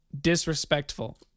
disrespectful